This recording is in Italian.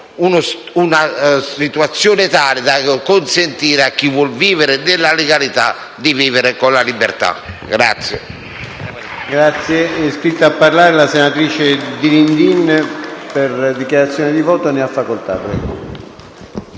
una situazione tale da consentire a chi vuole vivere nella legalità di vivere con la libertà.